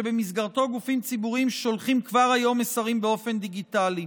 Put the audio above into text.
שבמסגרתו גופים ציבוריים שולחים כבר היום מסרים באופן דיגיטלי.